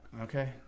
Okay